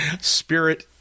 Spirit